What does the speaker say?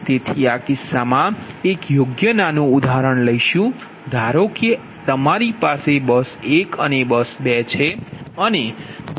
તેથી આ કિસ્સામાં એક યોગ્ય નાનું ઉદાહરણ લઇશુ ધારો કે તમારી પાસે બસ 1 બસ 2 છે અને બસ 1 સંદર્ભ બસ છે